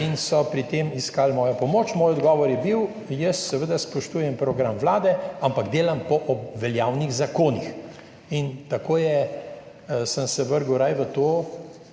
in so pri tem iskali mojo pomoč. Moj odgovor je bil, jaz seveda spoštujem program vlade, ampak delam po veljavnih zakonih. In tako sem se vrgel raje v to,